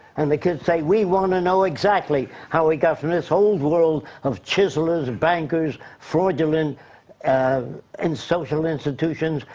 and the kids say we wanna know exactly how we get from this old world of chiselers, bankers, fraudulent and and social institutions,